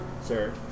sir